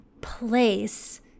place